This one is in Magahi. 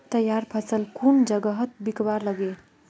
तैयार फसल कुन जगहत बिकवा लगे?